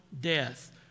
death